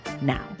now